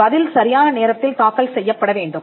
பதில் சரியான நேரத்தில் தாக்கல் செய்யப்பட வேண்டும்